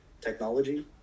technology